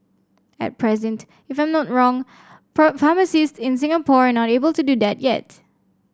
at present if I'm not wrong pharmacists in Singapore are not able to do that yet